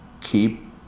keep